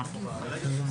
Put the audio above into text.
מעין בוסתנאי,